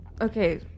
Okay